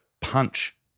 punch